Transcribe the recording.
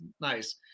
nice